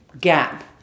gap